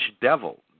devil